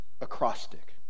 acrostic